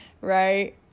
right